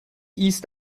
ist